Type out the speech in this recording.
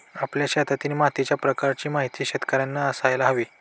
आपल्या शेतातील मातीच्या प्रकाराची माहिती शेतकर्यांना असायला हवी